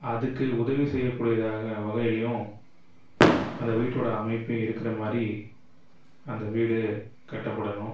அதுக்கு உதவி செய்யக் கூடியதாக வகையிலும் அந்த வீட்டோடய அமைப்பு இருக்கிற மாதிரி அந்த வீடு கட்டப்படணும்